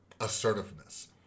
Assertiveness